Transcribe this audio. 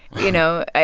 you know,